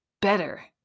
Better